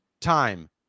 time